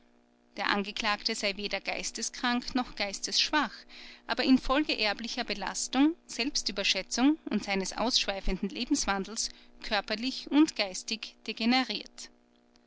der angeklagte sei weder geisteskrank noch geistesschwach aber infolge erblicher belastung selbstüberschätzung und seines ausschweifenden lebenswandels körperlich und geistig degeneriert